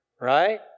Right